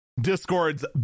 Discord's